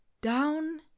down